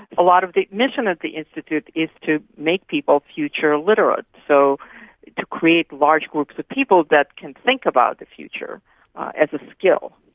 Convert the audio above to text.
a lot of the mission of the institute is to make people future literate, so to create large groups of people that can think about the future as a skill.